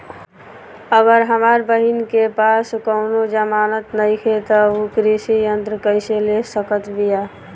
अगर हमार बहिन के पास कउनों जमानत नइखें त उ कृषि ऋण कइसे ले सकत बिया?